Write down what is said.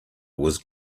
was